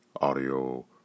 audio